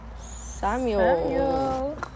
Samuel